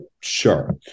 sure